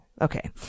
okay